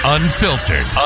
Unfiltered